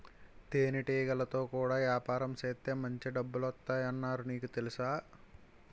తేనెటీగలతో కూడా యాపారం సేత్తే మాంచి డబ్బులొత్తాయ్ అన్నారు నీకు తెలుసా?